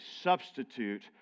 substitute